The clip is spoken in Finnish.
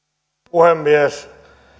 puhemies